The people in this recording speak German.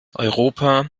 europa